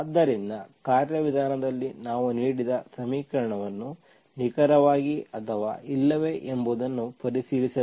ಆದ್ದರಿಂದ ಕಾರ್ಯವಿಧಾನದಲ್ಲಿ ನಾವು ನೀಡಿದ ಸಮೀಕರಣವನ್ನು ನಿಖರವಾಗಿ ಅಥವಾ ಇಲ್ಲವೇ ಎಂಬುದನ್ನು ಪರಿಶೀಲಿಸಬೇಕು